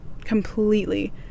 completely